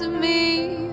me